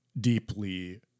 deeply